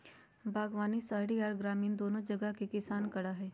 बागवानी शहरी आर ग्रामीण दोनो जगह के किसान करई हई,